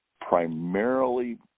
primarily